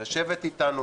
לשבת אתנו,